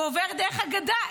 והוא עובר דרך הגדה,